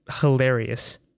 hilarious